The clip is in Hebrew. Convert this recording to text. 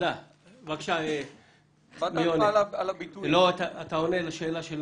תענה לשאלה של